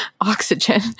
oxygen